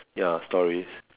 ya stories